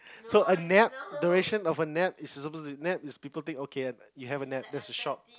so a nap duration of a nap is suppose to be nap is people take okay and you have a nap that's a short